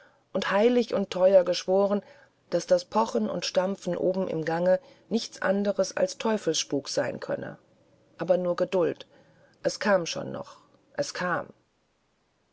und heilig und teuer geschworen daß das pochen und stampfen oben im gange nichts anderes als teufelsspuk sein könne aber nur geduld es kam schon noch es kam